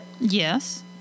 Yes